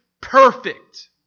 perfect